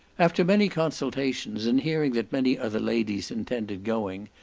after many consultations, and hearing that many other ladies intended going,